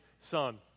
son